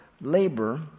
labor